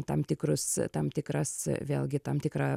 tam tikrus tam tikras vėlgi tam tikrą